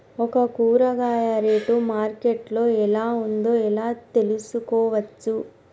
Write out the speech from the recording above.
ఒక కూరగాయ rate market లో ఎలా ఉందో ఎలా తెలుసుకోవచ్చు?